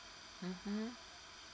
mmhmm